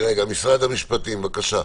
משרד המשפטים, בבקשה.